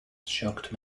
shocked